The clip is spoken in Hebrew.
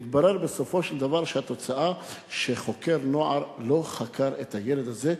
התברר בסופו של דבר שחוקר נוער לא חקר את הילד הזה,